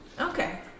Okay